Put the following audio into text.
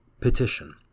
Petition